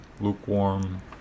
lukewarm